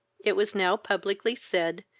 it was now publicly said,